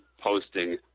posting